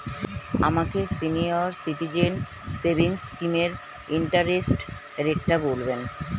আমাকে senior citizen savings স্কিমের interest রেটটা বলবেন